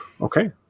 Okay